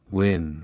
win